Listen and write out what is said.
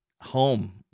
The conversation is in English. home